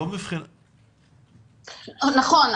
נכון,